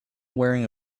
wearing